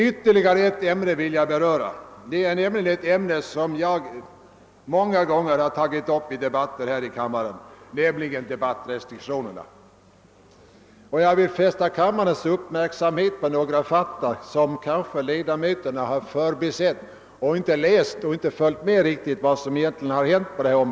Ytterligare ett ämne som jag många gånger har tagit upp i kammaren vill jag beröra, nämligen debattrestriktionerna. Jag vill fästa kammarens uppmärksamhet på några fakta som ledamöterna kanske har förbisett.